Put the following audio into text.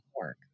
work